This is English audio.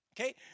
Okay